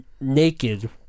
naked